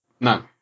No